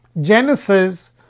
Genesis